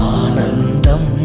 anandam